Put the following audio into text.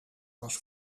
was